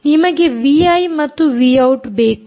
ನಮಗೆ ವಿಐ ಮತ್ತು V out ಬೇಕು